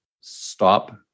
stop